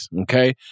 okay